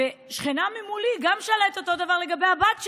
שכנה מולי גם שאלה את אותו דבר לגבי הבת שלה,